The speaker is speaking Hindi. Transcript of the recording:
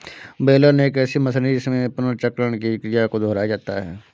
बेलन एक ऐसी मशीनरी है जिसमें पुनर्चक्रण की क्रिया को दोहराया जाता है